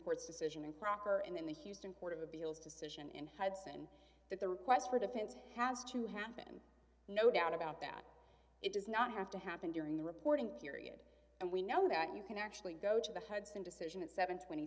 court's decision and proper in the houston court of appeals decision in hudson that the request for defense has to happen no doubt about that it does not have to happen during the reporting period and we know that you can actually go to the hudson decision at seven